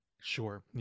Sure